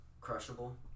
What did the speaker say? crushable